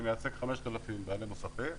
ואני מייצג 5,000 בעלי מוסכים,